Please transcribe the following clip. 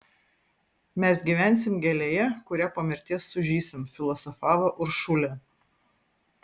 mes gyvensim gėlėje kuria po mirties sužysim filosofavo uršulė